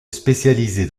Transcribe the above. spécialisé